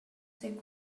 they